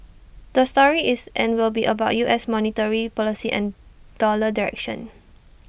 the story is and will be about U S monetary policy and dollar direction